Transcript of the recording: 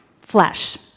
flesh